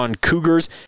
Cougars